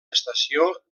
estació